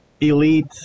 elite